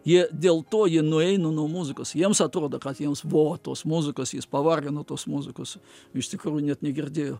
i dėl to jie nueina nuo muzikos jiems atrodo kad jiems vo tos muzikos jis pavargo nuo tos muzikos iš tikrųjų net negirdėjo